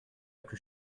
plus